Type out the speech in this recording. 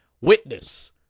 Witness